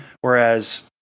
whereas